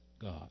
God